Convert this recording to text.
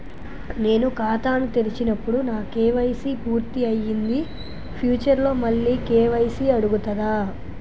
నేను ఖాతాను తెరిచినప్పుడు నా కే.వై.సీ పూర్తి అయ్యింది ఫ్యూచర్ లో మళ్ళీ కే.వై.సీ అడుగుతదా?